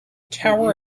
tower